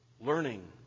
learning